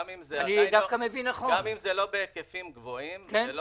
גם אם זה לא בהיקפים גבוהים זה לא